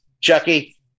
Chucky